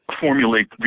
formulate